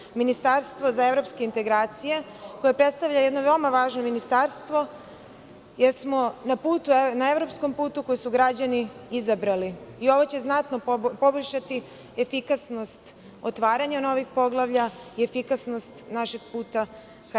Prvo je ministarstvo za evropske integracije koje predstavlja jedno veoma važno ministarstvo jer smo na evropskom putu koji su građani izabrali i ono će znatno poboljšati efikasnost otvaranja novih poglavlja i efikasnost našeg puta ka EU.